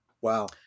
Wow